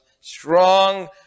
strong